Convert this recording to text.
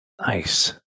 Nice